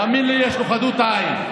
תאמין לי, יש לו חדות עין,